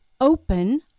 open